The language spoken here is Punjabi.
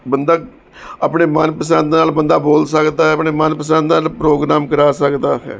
ਬੰਦਾ ਆਪਣੇ ਮਨਪਸੰਦ ਨਾਲ ਬੰਦਾ ਬੋਲ ਸਕਦਾ ਆਪਣੇ ਮਨ ਪਸੰਦ ਨਾਲ ਪ੍ਰੋਗਰਾਮ ਕਰ ਸਕਦਾ ਹੈ